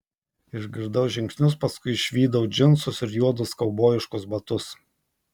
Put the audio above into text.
išgirdau žingsnius paskui išvydau džinsus ir juodus kaubojiškus batus